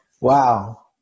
Wow